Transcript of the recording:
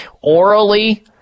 Orally